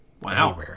Wow